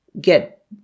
get